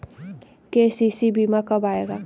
KCC बीमा कब आएगा?